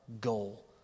goal